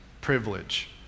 privilege